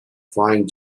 flying